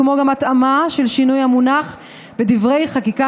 כמו גם התאמה של שינוי המונח בדברי חקיקה